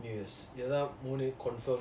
ஏத்த மூணு:eatha moonu conform